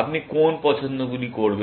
আপনি কোন পছন্দগুলি করবেন